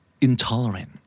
intolerant